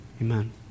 Amen